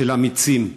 של אמיצים.